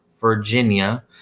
virginia